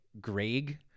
Greg